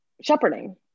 shepherding